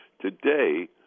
Today